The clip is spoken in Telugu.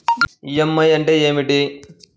ఈ.ఎం.ఐ అంటే ఏమిటి?